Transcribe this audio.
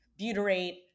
butyrate